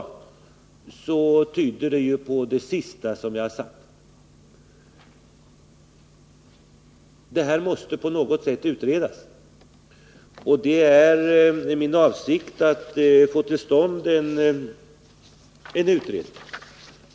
Detta måste på något sätt utredas, och det är min avsikt att försöka få till stånd en utredning.